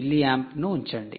8 mA ను ఉంచండి